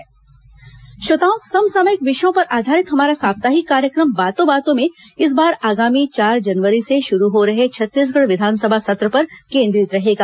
बातों बातों में समसामयिक विषयों पर आधारित हमारा साप्ताहिक कार्यक्रम बातों बातों में इस बार आगामी चार जनवरी से शुरू हो रहे छत्तीसगढ़ विधानसभा सत्र पर केंद्रित रहेगा